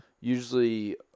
usually